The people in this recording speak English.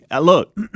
look